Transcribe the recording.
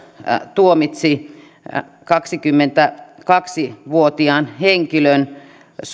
tuomitsi kaksikymmentäkaksi vuotiaan henkilön